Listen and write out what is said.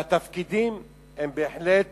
והתפקידים הם בהחלט